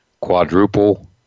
quadruple